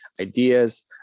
ideas